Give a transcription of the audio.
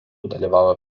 dalyvavo